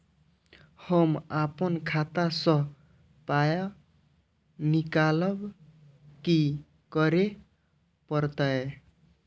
हम आपन खाता स पाय निकालब की करे परतै?